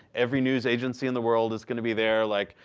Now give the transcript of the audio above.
every news agency in the world is going to be there, like,